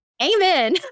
Amen